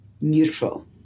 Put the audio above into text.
neutral